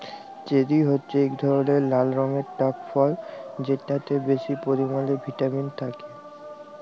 cherry হছে ইক ধরলের লাল রঙের টক ফল যেটতে বেশি পরিমালে ভিটামিল থ্যাকে